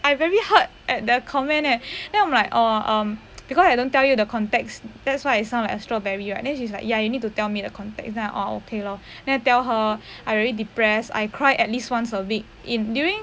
I very hurt at the comment eh then I'm like oh um because I don't tell you the context that's why I sound like a strawberry ah and then she's like ya you need to tell me context then I oh okay lor then I tell her I really depressed I cry at least once a week in during